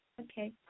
Okay